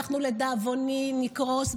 אנחנו, לדאבוני, נקרוס.